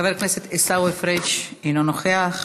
חבר הכנסת עיסאווי פריג' אינו נוכח.